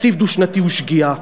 תקציב דו-שנתי הוא שגיאה.